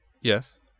yes